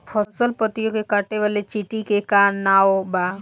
फसल पतियो के काटे वाले चिटि के का नाव बा?